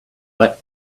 that